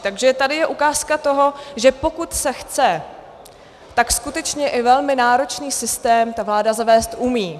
Takže tady je ukázka toho, že pokud se chce, tak skutečně i velmi náročný systém ta vláda zavést umí.